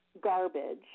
garbage